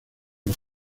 los